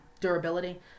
durability